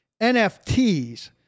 NFTs